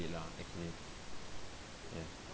lah technically ya